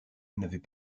n’avait